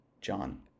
John